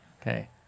Okay